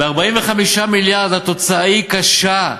ב-45 מיליארד התוצאה היא קשה.